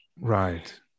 Right